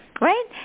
Right